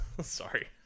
sorry